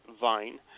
vine